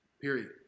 period